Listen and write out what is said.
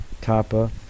Tapa